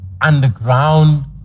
underground